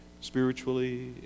spiritually